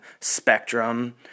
spectrum